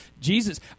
Jesus